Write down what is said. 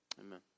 Amen